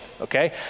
Okay